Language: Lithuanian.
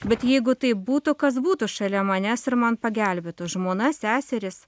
bet jeigu taip būtų kas būtų šalia manęs ir man pagelbėtų žmona seserys